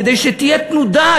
כדי שתהיה תנודה,